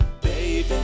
Baby